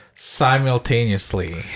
simultaneously